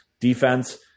defense